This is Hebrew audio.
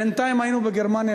בינתיים היינו בגרמניה,